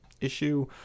issue